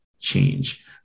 change